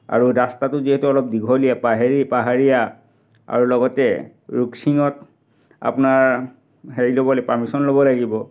আৰু ৰাস্তাটো যিহেতু অলপ দীঘলীয়া পাহাৰী পাহাৰীয়া আৰু লগতে ৰুকছিঙত আপোনাৰ হেৰি ল'ব লাগিব পাৰ্মিশ্বন ল'ব লাগিব